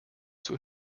zur